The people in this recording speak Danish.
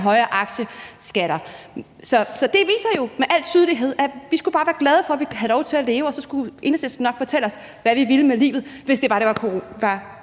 af aktier. Så det viser jo med al tydelighed, at vi bare skulle være glade for, at vi havde lov til at leve, og så skulle Enhedslisten nok fortælle os, hvad vi ville med livet, hvis det var Enhedslisten,